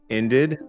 ended